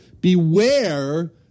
beware